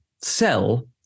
sell